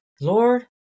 Lord